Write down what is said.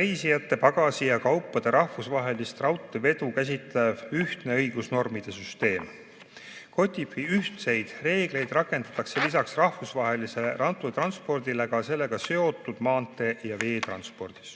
reisijate, pagasi ja kaupade rahvusvahelist raudteevedu käsitleva ühtse õigusnormide süsteemiga. COTIF-i ühtseid reegleid rakendatakse lisaks rahvusvahelisele raudteetranspordile ka sellega seotud maantee- ja veetranspordis.